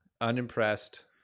Unimpressed